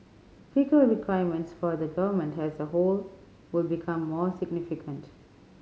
fiscal requirements for the Government has a whole will become more significant